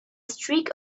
streak